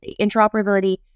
Interoperability